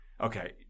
okay